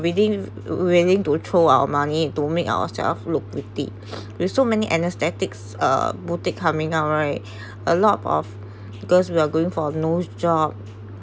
willing willing to throw our money to make ourself look pretty there are so many anesthetics uh boutique coming out right a lot of girls we're going for a nose job